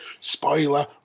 Spoiler